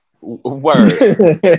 Word